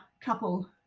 couple